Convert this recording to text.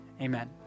Amen